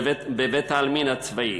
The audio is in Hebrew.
בבית-העלמין הצבאי.